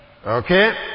Okay